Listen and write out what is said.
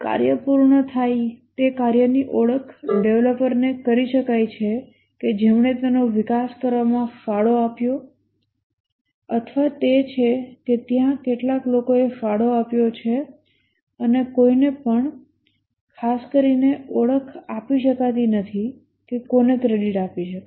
કાર્ય પૂર્ણ થાય તે કાર્યની ઓળખ ડેવલપરને કરી શકાય છે કે જેમણે તેનો વિકાસ કરવામાં ફાળો આપ્યો અથવા તે છે કે ત્યાં કેટલાંક લોકોએ ફાળો આપ્યો છે અને કોઈને પણ ખાસ કરીને ઓળખ આપી શકાતી નથી કે કોને ક્રેડિટ આપી શકાય